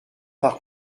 par